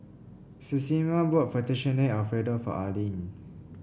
Ximena bought Fettuccine Alfredo for Arlyne